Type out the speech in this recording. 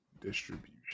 distribution